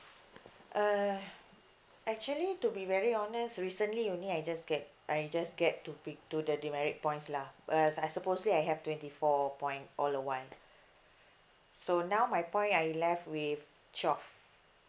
uh actually to be very honest recently only I just get I just get to pick to the demerit points lah because I supposedly I have twenty four point all a while so now my point I left with twelve